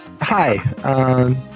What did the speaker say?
Hi